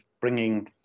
bringing